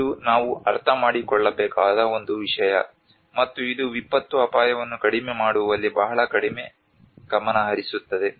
ಇದು ನಾವು ಅರ್ಥಮಾಡಿಕೊಳ್ಳಬೇಕಾದ ಒಂದು ವಿಷಯ ಮತ್ತು ಇದು ವಿಪತ್ತು ಅಪಾಯವನ್ನು ಕಡಿಮೆ ಮಾಡುವಲ್ಲಿ ಬಹಳ ಕಡಿಮೆ ಗಮನಹರಿಸುತ್ತದೆ